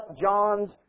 John's